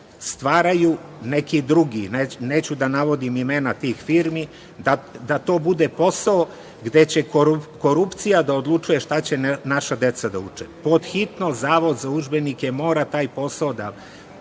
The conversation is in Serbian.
stvaraju neki drugi, neću da navodim imena tih firmi, da to bude posao gde će korupcija da odlučuje šta će naša deca da uče. Pod hitno Zavod za udžbenike mora taj posao da